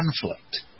conflict